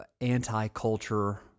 anti-culture